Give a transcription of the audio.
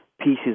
pieces